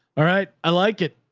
all right. i like it.